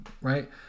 Right